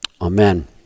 Amen